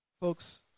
Folks